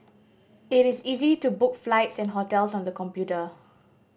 it is easy to book flights and hotels on the computer